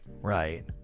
right